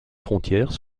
frontière